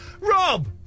Rob